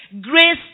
grace